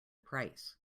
price